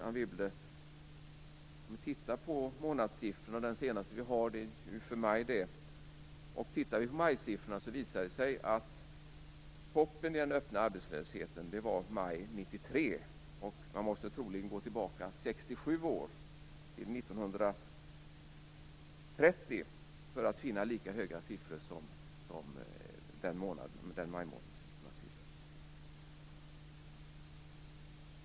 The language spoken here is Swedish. Vi kan titta på de senaste månadssiffrorna som gäller för maj. Det visar sig att toppen i den öppna arbetslösheten var i maj 1993. Man måste troligen gå tillbaka 67 år, till 1930, för att finna lika höga siffror.